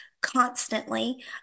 Constantly